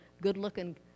good-looking